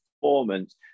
performance